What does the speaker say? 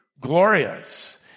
Glorious